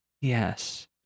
Yes